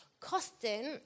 costing